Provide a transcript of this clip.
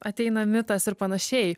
ateina mitas ir panašiai